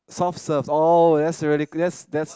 soft serve oh that's really that's that's